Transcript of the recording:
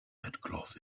headcloth